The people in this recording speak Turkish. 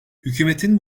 hükümetin